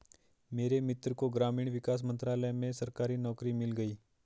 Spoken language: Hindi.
मेरे मित्र को ग्रामीण विकास मंत्रालय में सरकारी नौकरी मिल गई